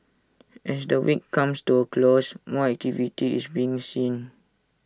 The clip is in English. as the week comes to A close more activity is being seen